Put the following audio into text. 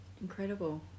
incredible